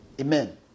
Amen